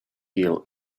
feel